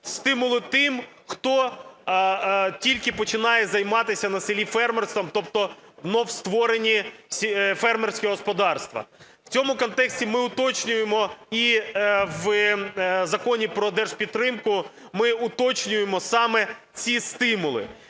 стимули тим, хто тільки починає займатися на селі фермерством, тобто вновь створені фермерські господарства. У цьому контексті ми уточнюємо і в Законі про держпідтримку, ми уточнюємо саме ці стимули.